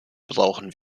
brauchen